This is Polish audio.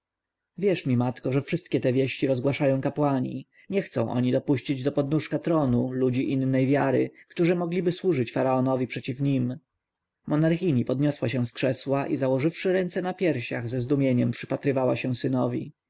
wierz mi matko że wszystkie te wieści rozgłaszają kapłani nie chcą oni dopuścić do podnóżka tronu ludzi innej wiary którzy mogliby służyć faraonowi przeciw nim monarchini podniosła się z krzesła i założywszy ręce na piersiach ze zdumieniem przypatrywała się synowi